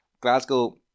Glasgow